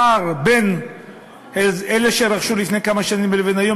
הפער בין אלה שרכשו לפני כמה שנים לבין אלה שרוכשים היום